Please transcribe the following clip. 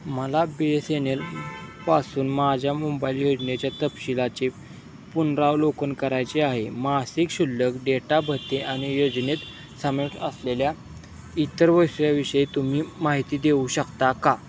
मला B S N L पासून माझ्या मोबाईल योजनेच्या तपशीलाचे पुनरावलोकन करायचे आहे मासिक शिल्लक डेटा भत्ते आणि योजनेत समेट असलेल्या इतर वैश्याविषयी तुम्ही माहिती देऊ शकता का